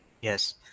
Yes